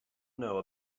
know